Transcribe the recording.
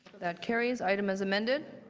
that carries. item as amended.